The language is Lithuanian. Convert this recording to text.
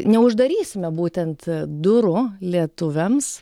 neuždarysime būtent durų lietuviams